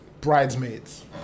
Bridesmaids